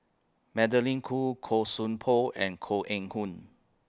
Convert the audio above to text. Magdalene Khoo Koon Song Poh and Koh Eng Hoon